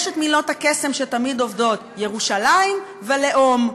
יש מילות קסם שתמיד עובדות, "ירושלים" ו"לאום".